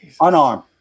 Unarmed